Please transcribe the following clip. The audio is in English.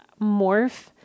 morph